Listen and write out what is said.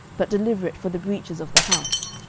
but deliver it for the breaches of the house.